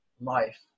life